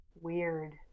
weird